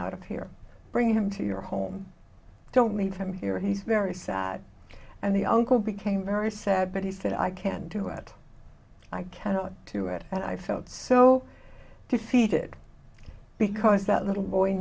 out of here bring him to your home don't leave him here he is very sad and the uncle became very sad but he said i can do it i cannot do it and i felt so defeated because that little boy